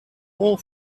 pull